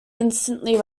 instantly